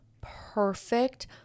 perfect